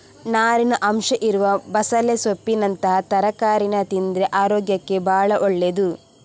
ನಾರಿನ ಅಂಶ ಇರುವ ಬಸಳೆ ಸೊಪ್ಪಿನಂತಹ ತರಕಾರೀನ ತಿಂದ್ರೆ ಅರೋಗ್ಯಕ್ಕೆ ಭಾಳ ಒಳ್ಳೇದು